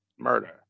Murder